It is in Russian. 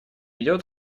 идет